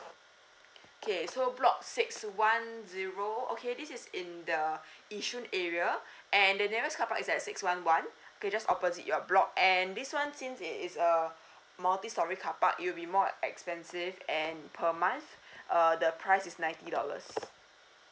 okay so block six one zero okay this is in the yishun area and the nearest carpark is at six one one okay just opposite your block and this one since it is a multi storey carpark it will be more expensive and per month err the price is ninety dollars